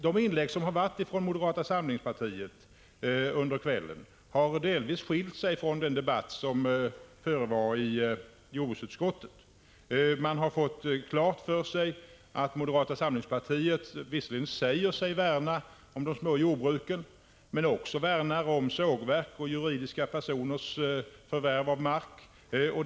De inlägg som gjorts under kvällen av representanter för moderata samlingspartiet har delvis skilt sig från den debatt som förevar i jordbruksutskottet. Man har fått klart för sig att moderata samlingspartiet visserligen säger sig värna om de små jordbruken, men att de också värnar om sågverk och juridiska personers förvärv av mark.